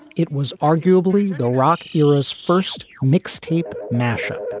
it was arguably the rock era's first mixtape mashup.